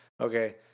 okay